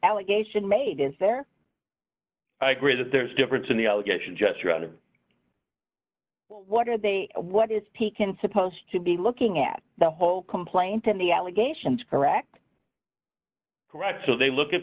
allegation made is there i agree that there's a difference in the allegation just around what are they what is taken supposed to be looking at the whole complaint and the allegations correct correct so they look at